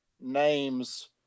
names –